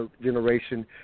generation